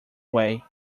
way